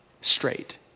straight